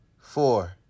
Four